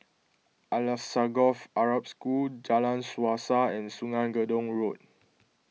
Alsagoff Arab School Jalan Suasa and Sungei Gedong Road